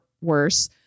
worse